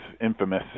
infamous